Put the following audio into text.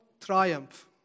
Triumph